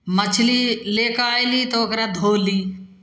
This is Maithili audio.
मछली लऽ कऽ अयली तऽ ओकरा धोली